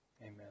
amen